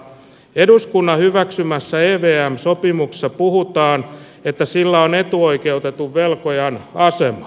eduskunnan hyväksymässä rivejään sopimuksessa puhutaan että sillä on etuoikeutettu velkojan asema